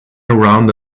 around